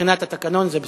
מבחינת התקנון, זה בסדר.